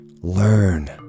learn